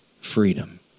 freedom